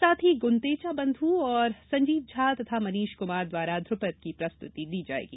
साथ ही गुंदेचाबंधु और संजीव झा तथा मनीष कुमार द्वारा धुप्रद की प्रस्तुति दी जायेगी